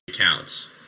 counts